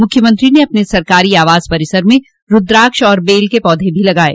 मुख्यमंत्री ने अपने सरकारी आवास के परिसर में रूद्राक्ष और बेल के पौधे भी लगाये